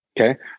okay